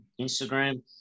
Instagram